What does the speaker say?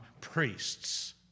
priests